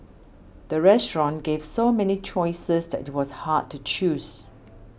the restaurant gave so many choices that it was hard to choose